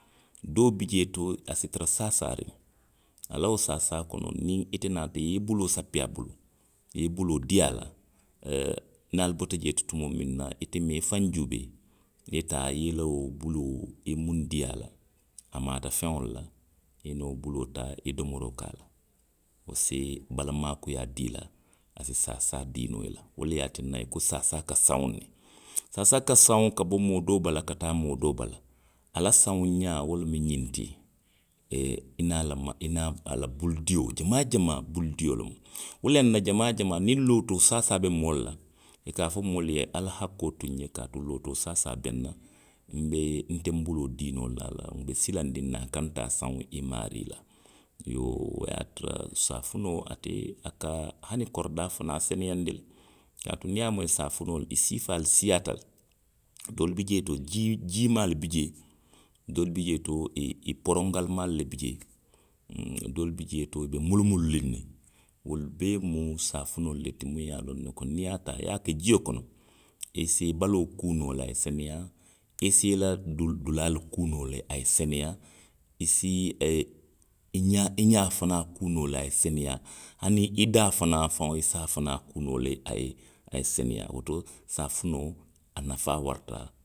Doo bi jee to, a si tara saasaariŋ. a la wo saasaa kono niŋ i te naata i ye i buloo sappi a bulu, i ye i buloo dii a la. ee, niŋ ali bota jee to tumoo miŋ na. ite i faŋ juubee. i ye taa, i ye i la wo buloo, i ye muŋ dii a la. a maata feŋolu la. i ye i la wo bulaa taa i ye domoroo ke a la, wo se bala maakuyaa dii i la. a si saasaa dii noo i la. Wo le ye a tinna i ko saasaa ka sawuŋ ne. Saasaa ka sawuŋ ka bo moo doo bala ka taa moo doo bala. A la sawuŋ ňaa wo lemu ňiŋ ti: ee i niŋ a la, i niŋ a la bulu dio jamaa jamaa, bulu dio loŋ. Wolaŋ najamaa jamaa niŋ lootoo saasaa be moolui ka a fo moolu ye ali hakkoo tu nxe kaatu lootoo saasaa be nna. Mee nte nbuloo dii noo la ali la. nbe silandiŋ ne a kana taa sawuŋ i maarii la. Iyoo wo ye a tara saafinoo, ate a ka hani koridaa fanaŋ seneyaandi le. kaatu niŋ i ye a moyi saafinoolu, i siifaalu siiyaata le. Doolu bi jee to jii, jiimaalu bi jee, doolu bi jee to i i porongalimaalu le bi jee to. doolu bi jee to i be mulumuluriŋ ne, wolu bee mu saafinoolu le ti munnu ye a loŋ ne ko niŋ i ye a taa i ye a ke jio kono. i si i baloo kuu noo le, a ye seneyaa. i si i la dulaa, dulaalu kuu noo le. a ye seneyaa. i si ee, i si i ňaa, i ňaa fanaŋ kuu noo le a ye seneyaa, hani i daa fanaŋ faŋo i se a fanaŋ kuu noo le, a ye, a ye seneyaa, woto saafinoo, a nafaa warata